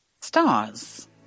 Stars